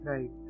Right